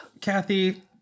Kathy